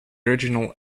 original